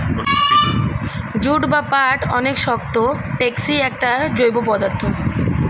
jute বা পাট অনেক শক্ত, টেকসই একটা জৈব পদার্থ